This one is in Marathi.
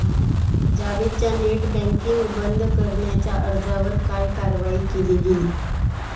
जावेदच्या नेट बँकिंग बंद करण्याच्या अर्जावर काय कारवाई केली गेली?